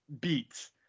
beats